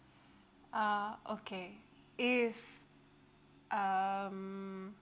ah okay if um